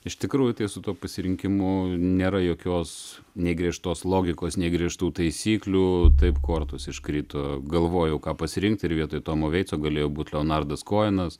iš tikrųjų su tuo pasirinkimu nėra jokios nei griežtos logikos nei griežtų taisyklių taip kortos iškrito galvojau ką pasirinkti ir vietoj tomo veitso galėjo būti leonardas kojenas